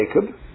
Jacob